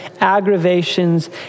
aggravations